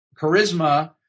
charisma